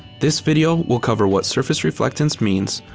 this video will cover what surface reflectance means,